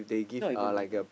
not even me bah